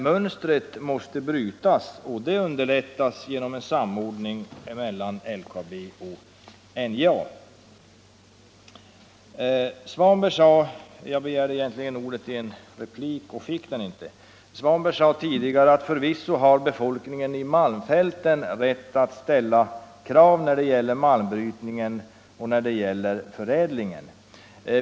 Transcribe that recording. Mönstret måste brytas, och det underlättas genom en samordning mellan LKAB och NJA. Herr Svanberg sade tidigare — jag begärde då ordet för en replik men fick det inte — att befolkningen i malmfälten förvisso har rätt att ställa krav när det gäller malmbrytningen och förädlingen.